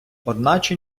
одначе